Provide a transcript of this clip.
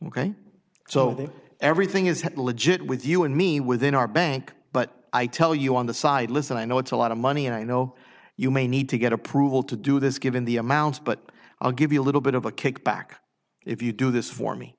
ok so everything is legit with you and me within our bank but i tell you on the side listen i know it's a lot of money and i know you may need to get approval to do this given the amount but i'll give you a little bit of a kickback if you do this for me